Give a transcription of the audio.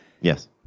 Yes